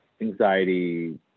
anxiety